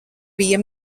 bija